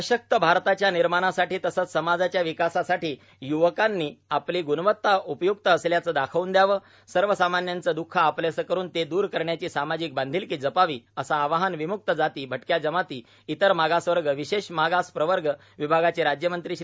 सशक्त भारताच्या निर्माणासाठी तसेच समाजाच्या विकासासाठी युवकांनी आपली गुणवत्ता उपयुक्त असल्याचे दाखवून द्यावे सर्वसामान्यांचे दःख आपलेसे करून ते दूर करण्याची सामाजिक बांधिलकी जपावी असे आवाहन विम्क्त जाती भटक्या जमाती इतर मागास वर्ग विशेष मागास प्रवर्ग विभागाचे राज्यमंत्री श्री